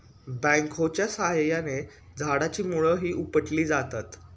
बॅकहोच्या साहाय्याने झाडाची मुळंही उपटली जातात